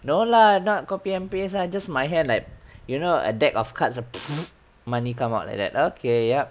no lah not copy and paste ah just my hand like you know a deck of cards of money come out like that okay yup